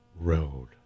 Road